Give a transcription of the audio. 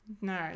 no